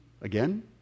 Again